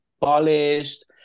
polished